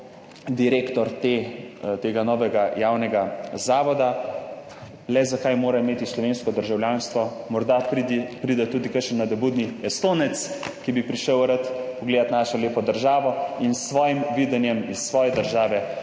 direktor tega novega javnega zavoda. Le zakaj mora imeti slovensko državljanstvo? Morda pri pride tudi kakšen nadobudni Estonec, ki bi prišel rad pogledati našo lepo državo in s svojim videnjem iz svoje države prinesti